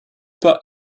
pas